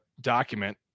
document